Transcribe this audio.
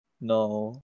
No